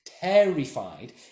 terrified